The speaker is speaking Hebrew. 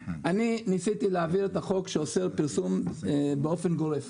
ניסיתי להעביר את החוק שאוסר פרסום באופן גורף.